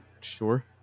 sure